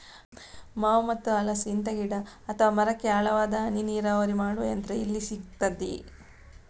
ಮಾವು ಮತ್ತು ಹಲಸು, ಇಂತ ಗಿಡ ಅಥವಾ ಮರಕ್ಕೆ ಆಳವಾದ ಹನಿ ನೀರಾವರಿ ಮಾಡುವ ಯಂತ್ರ ಎಲ್ಲಿ ಸಿಕ್ತದೆ?